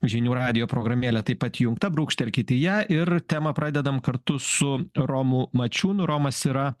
žinių radijo programėlė taip pat įjungta brūkštelkit į ją ir temą pradedam kartu su romu mačiūnu romas yra